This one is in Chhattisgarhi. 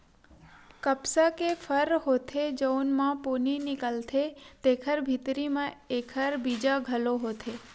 कपसा के फर होथे जउन म पोनी निकलथे तेखरे भीतरी म एखर बीजा घलो होथे